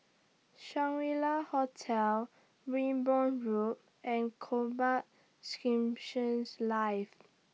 Shangri La Hotel Wimborne Road and Combat Skirmish Live